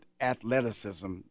athleticism